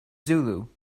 zulu